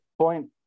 point